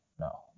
no